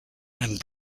and